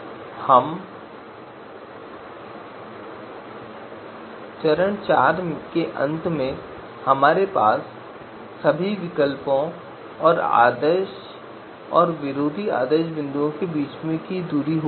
तो चरण 4 के अंत में हमारे पास सभी विकल्पों और आदर्श और विरोधी आदर्श बिंदुओं के बीच की दूरी होगी